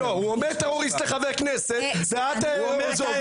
הוא אומר טרוריסט לחבר כנסת ואת ---.